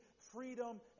freedom